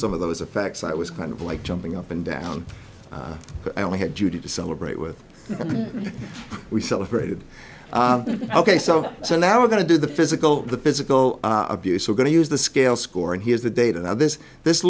some of those effects i was kind of like jumping up and down but i only had judy to celebrate with we celebrated ok so so now we're going to do the physical the physical abuse we're going to use the scale score and here's the data now this this